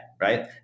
right